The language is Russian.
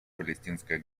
палестинское